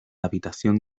habitación